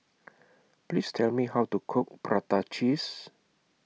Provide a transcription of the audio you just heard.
Please Tell Me How to Cook Prata Cheese